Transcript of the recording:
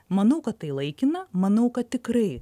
manau kad tai laikina manau kad tikrai